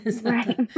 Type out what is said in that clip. Right